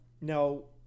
no